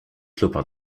clopin